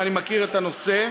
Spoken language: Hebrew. ואני מכיר את הנושא,